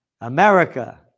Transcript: America